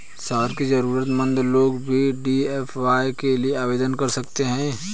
शहर के जरूरतमंद लोग भी डी.ए.वाय के लिए आवेदन कर सकते हैं